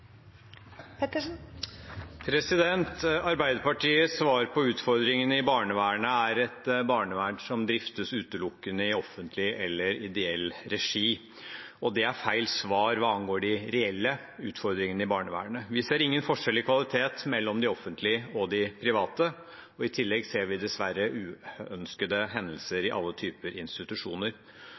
et barnevern som driftes utelukkende i offentlig eller ideell regi. Det er feil svar hva angår de reelle utfordringene i barnevernet. Vi ser ingen forskjell i kvalitet mellom de offentlige og de private. I tillegg ser vi dessverre uønskede hendelser i alle typer institusjoner.